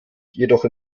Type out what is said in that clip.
jedoch